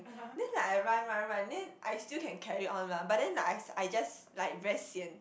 then like I run run run then I still can carry on lah but then I I just like very sian